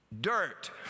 Dirt